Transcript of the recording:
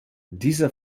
dieser